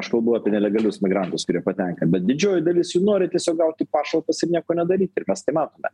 aš kalbu apie nelegalius migrantus kurie patenka bet didžioji dalis jų nori tiesiog gauti pašalpas ir nieko nedaryt ir mes tai matome